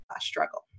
struggle